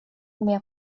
mia